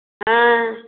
ਹਾਂ